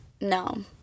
No